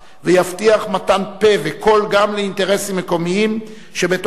ויבטיח מתן פה וקול גם לאינטרסים מקומיים שבתוכם